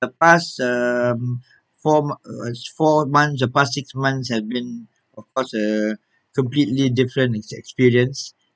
the past um four m~ uh four months the past six months had been of course a completely different ex~ experience